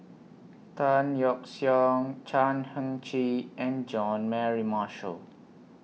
Tan Yeok Seong Chan Heng Chee and Jean Mary Marshall